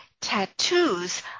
tattoos